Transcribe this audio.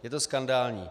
Je to skandální!